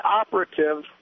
operative